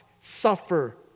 suffer